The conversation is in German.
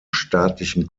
staatlichen